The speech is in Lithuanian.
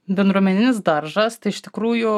bendruomeninis daržas tai iš tikrųjų